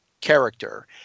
character